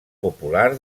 popular